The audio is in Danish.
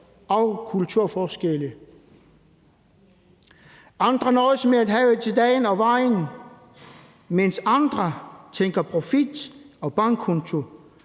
og kulturforskelle. Nogle nøjes med at have til dagen og vejen, mens andre tænker profit og bankkonto.